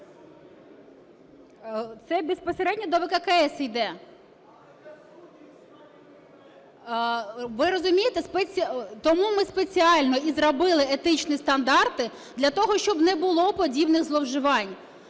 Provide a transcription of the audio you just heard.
(Не чути) ВЕНЕДІКТОВА І.В. Ви розумієте, тому ми спеціально і зробили етичні стандарти для того, щоб не було подібних зловживань.